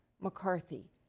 McCarthy